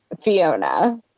Fiona